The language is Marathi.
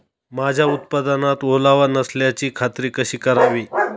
माझ्या उत्पादनात ओलावा नसल्याची खात्री कशी करावी?